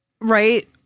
Right